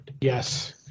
Yes